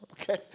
okay